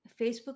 facebook